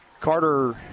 Carter